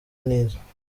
nize